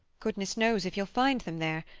goodness knows if you'll find them there.